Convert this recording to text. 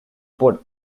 por